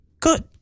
good